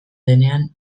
denean